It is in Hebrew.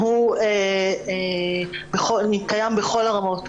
והוא קיים בכל הרמות,